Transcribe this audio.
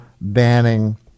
banning